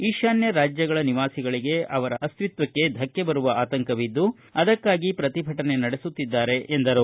ಈಶಾನ್ಯ ರಾಜ್ಯಗಳ ನಿವಾಸಿಗಳಿಗೆ ಅವರ ಅಸ್ತಿತ್ವಕ್ಕೆ ಧಕ್ಕೆ ಬರುವ ಆತಂಕವಿದ್ದು ಅದಕ್ಕಾಗಿ ಪ್ರತಿಭಟನೆ ನಡೆಸುತ್ತಿದ್ದಾರೆ ಎಂದರು